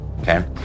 okay